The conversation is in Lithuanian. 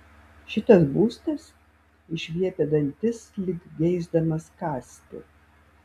šitas būstas išviepia dantis lyg geisdamas kąsti